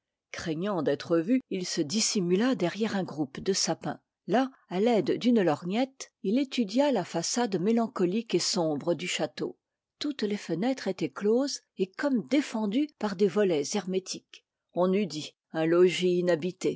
craignant d'être vu il se dissimula derrière un groupe de sapins là à l'aide d'une lorgnette il étudia la façade mélancolique et sombre du château toutes les fenêtres étaient closes et comme défendues par des volets hermétiques on eût dit un logis inhabité